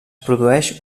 produeix